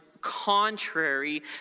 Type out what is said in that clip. contrary